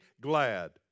glad